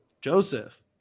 Joseph